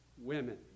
women